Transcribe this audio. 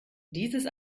dieses